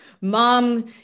Mom